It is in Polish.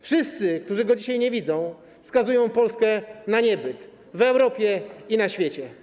Wszyscy, którzy go dzisiaj nie widzą, skazują Polskę na niebyt w Europie i na świecie.